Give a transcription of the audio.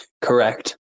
Correct